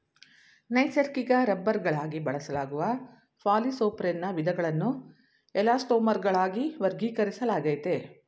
ನೈಸರ್ಗಿಕ ರಬ್ಬರ್ಗಳಾಗಿ ಬಳಸಲಾಗುವ ಪಾಲಿಸೊಪ್ರೆನ್ನ ವಿಧಗಳನ್ನು ಎಲಾಸ್ಟೊಮರ್ಗಳಾಗಿ ವರ್ಗೀಕರಿಸಲಾಗಯ್ತೆ